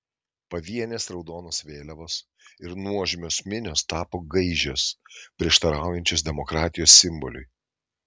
pavienės raudonos vėliavos ir nuožmios minios tapo gaižios prieštaraujančios demokratijos simboliui